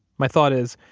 my thought is,